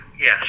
Yes